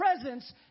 presence